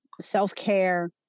self-care